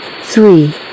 three